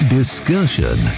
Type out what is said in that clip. discussion